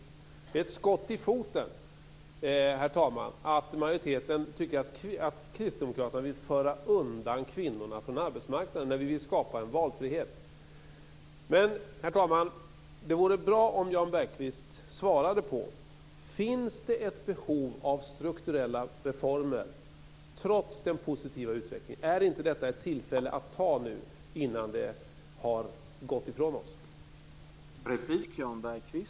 Det är ett skott i foten, herr talman, att majoriteten tycker att Kristdemokraterna vill föra undan kvinnorna från arbetsmarknaden när vi vill skapa en valfrihet. Herr talman! Det vore bra om Jan Bergqvist svarade på om det finns ett behov av strukturella reformer trots den positiva utvecklingen. Är det inte bra att ta det tillfället nu innan det har gått ifrån oss?